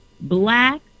black